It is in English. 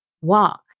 walk